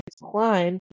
decline